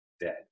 dead